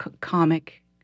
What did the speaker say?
comic